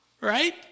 right